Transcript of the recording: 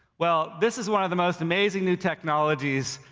well, this is one of the most amazing new technologies,